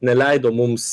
neleido mums